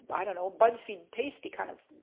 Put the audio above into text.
i dunno, buzzfeed tasty kind of